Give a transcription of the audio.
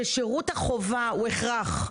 ששירות החובה הוא הכרח?